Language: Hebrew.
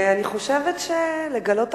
ואני חושבת שלגלות אחריות,